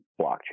blockchain